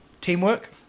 Teamwork